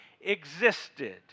existed